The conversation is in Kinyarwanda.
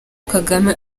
kagame